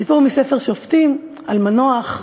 סיפור מספר שופטים, על מנוח,